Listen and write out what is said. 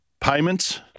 payments